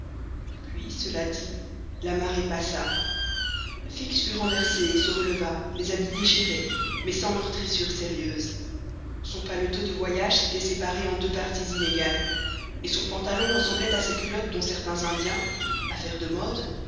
puis cela dit la marée passa fix fut renversé et se releva les habits déchirés mais sans meurtrissure sérieuse son paletot de voyage s'était séparé en deux parties inégales et son pantalon ressemblait à ces culottes dont certains indiens affaire de mode